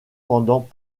pendant